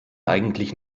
eigentlich